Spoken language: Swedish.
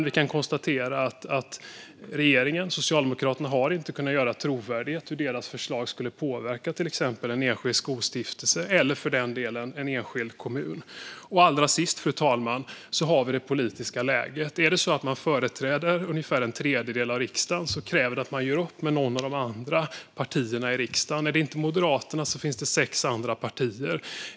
Vi kan konstatera att regeringen - Socialdemokraterna - inte har kunnat göra det trovärdigt hur deras förslag skulle påverka till exempel en enskild skolstiftelse eller, för den delen, en enskild kommun. Allra sist, fru talman, har vi det politiska läget. Är det så att man företräder ungefär en tredjedel av riksdagen krävs det att man gör upp med något av de andra partierna i riksdagen - om det inte är Moderaterna finns det sex andra partier.